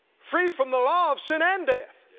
free from the law of sin and death.